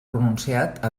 pronunciat